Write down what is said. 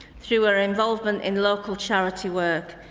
through her involvement in local charity work.